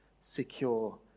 secure